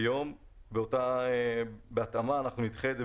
ביום --- בהתאמה אנחנו נדחה את זה.